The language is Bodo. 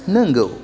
नोंगौ